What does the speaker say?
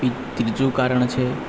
ત્રીજું કારણ છે